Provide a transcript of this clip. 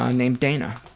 um named dana.